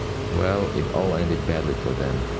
well, it all ended badly for them,